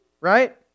right